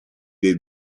dei